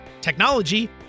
technology